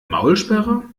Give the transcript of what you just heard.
maulsperre